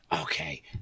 okay